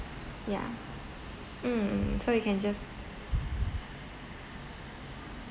yeah mm mm mm so you can just